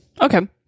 okay